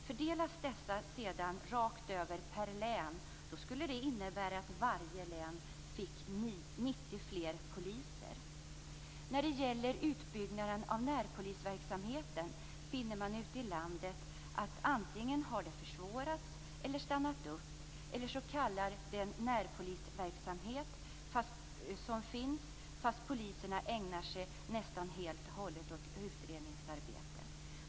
Fördelas dessa sedan rakt av per län skulle det innebära att varje län fick 90 fler poliser. När det gäller utbyggnaden av närpolisverksamheten finner man ute i landet att den antingen har försvårats eller stannat upp, eller också kallas den närpolisverksamhet fast poliserna nästan helt och hållet ägnar sig åt utredningsarbete.